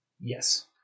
Yes